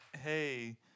hey